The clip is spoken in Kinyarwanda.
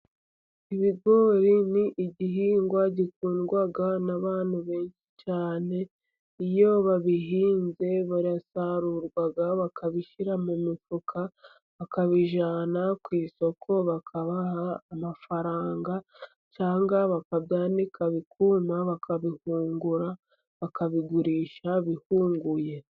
Ibigori ni igihingwa gikundwa n'abantu benshi cyane, iyo babihinze birasarurwa bakabishyira mu mifuka, bakabijyana ku isoko bakabaha amafaranga, cyangwa bakabyanika bikuma bakabihungura bakabigurisha bihunguye.